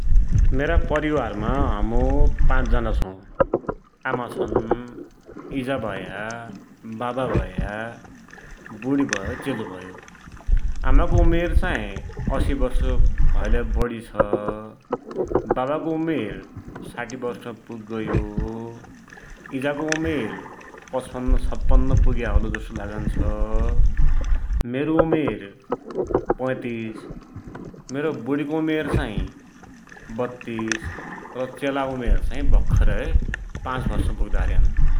मेरा परिवारमा हम पाँच जना छौ, आमा छन्, इजा भया, वावा भया, बुढी भै, चेलो भयो । आमाको उमेरचाही असी वर्षहैलै बढी छ, बाबाको उमेर साठी वर्ष पुगिगयो, इजाको उमेर पचपन्न–छप्पन्न पुग्या होलो जसो लागुन्छ, मेरो उमेर पैतिस, मेरो बुढीको उमेर चाही बत्तीस र चेला उमेर चाही भर्खरै पाँच वर्ष पुग्दार्यान् ।